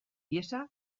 ihesa